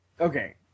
Okay